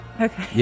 Okay